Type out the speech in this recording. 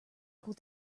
equal